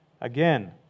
Again